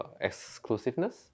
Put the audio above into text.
exclusiveness